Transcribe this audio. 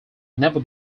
never